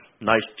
Nice